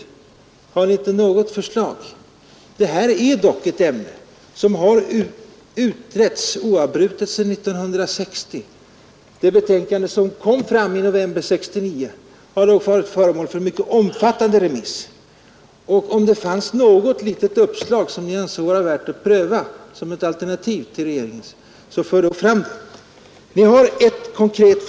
Har ni inte något förslag? Detta är dock en fråga som har utretts oavbrutet sedan 1960. Det betänkande som lades fram i november 1969 hade varit föremål för ett mycket omfattande remissförfarande. Om ni har något litet uppslag som ni anser vara värt att pröva som ett alternativ till regeringens förslag, så för fram det!